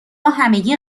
همگی